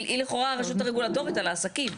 היא לכאורה הרשות הרגולטורית על העסקים.